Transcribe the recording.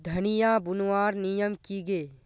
धनिया बूनवार नियम की गे?